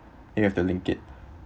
you have to link it